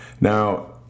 Now